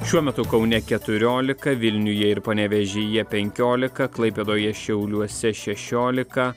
šiuo metu kaune keturiolika vilniuje ir panevėžyje penkiolika klaipėdoje šiauliuose šešiolika